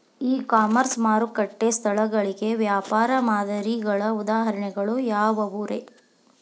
E commerce ಮಾರುಕಟ್ಟೆ ಸ್ಥಳಗಳಿಗೆ ವ್ಯಾಪಾರ ಮಾದರಿಗಳ ಉದಾಹರಣೆಗಳು ಯಾವವುರೇ?